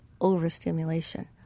overstimulation